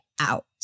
out